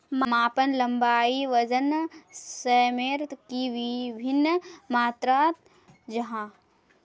मापन लंबाई वजन सयमेर की वि भिन्न मात्र जाहा?